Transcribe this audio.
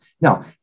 Now